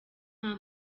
nta